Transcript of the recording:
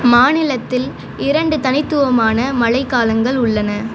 மாநிலத்தில் இரண்டு தனித்துவமான மழை காலங்கள் உள்ளன